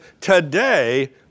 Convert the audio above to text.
today